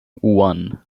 one